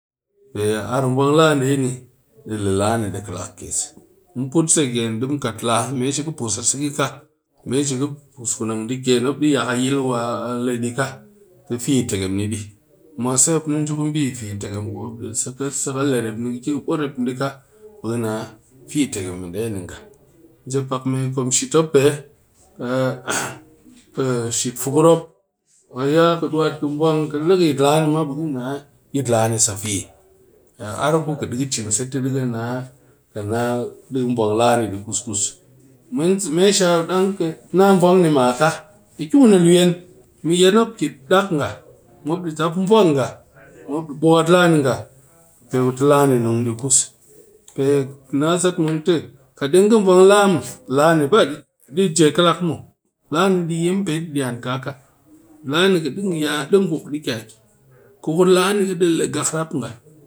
Pe ar vwang lani nde ni bɨ di le kelak kyes, mu put se ken mu kat la mese kɨ pus a sekika me she mop yak a yil wa le di ka tɨ fi tgehm ni dɨ, mwase mop ni ji ku me bi fitgem ku ka saka le rep ni di kɨ but rep di ka bi dɨ fitgehm jep pak me kom shit mop pe fukur mop ku ka duut kɨ vwang har yit lani dɨ fi le kɨ yit lani tɨ de a ar ku ka vwang di kus-kus tap dɨ nguk, me she dang kɨ na vwang ni maka na sat ngun a tɨ tap ku yet la ku rap muw kat metbal mak be ka kɨ kuni luyine me yin mop kɨ dak nga bwakat tɨ lani nun dɨ nga, kukur lani di le rap nga, kat ku vwang la be de nun kelak.